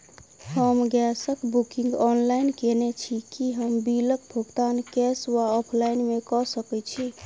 हम गैस कऽ booking online केने छी, की हम बिल कऽ भुगतान कैश वा ऑफलाइन मे कऽ सकय छी?